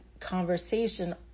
conversation